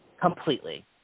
Completely